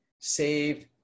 saved